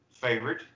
favorite